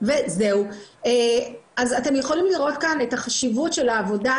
אז אתם יכולים לראות כאן את החשיבות של העבודה,